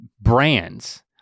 brands